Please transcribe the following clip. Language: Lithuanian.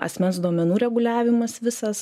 asmens duomenų reguliavimas visas